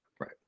right